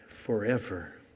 Forever